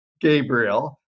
Gabriel